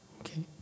okay